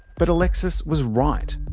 but alexis was right.